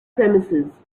premises